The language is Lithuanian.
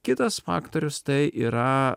kitas faktorius tai yra